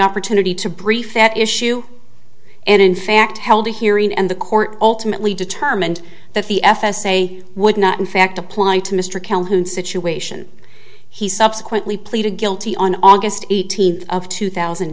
opportunity to brief that issue and in fact held a hearing and the court ultimately determined that the f s a would not in fact apply to mr calhoun situation he subsequently pleaded guilty on august eighteenth of two thousand